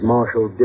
Marshal